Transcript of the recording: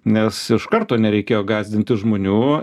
nes iš karto nereikėjo gąsdinti žmonių